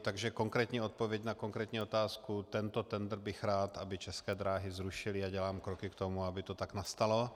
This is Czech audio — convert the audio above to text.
Takže konkrétní odpověď na konkrétní otázku: Tento tendr bych rád, aby České dráhy zrušily, a dělám kroky k tomu, aby to tak nastalo.